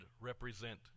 represent